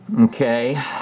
Okay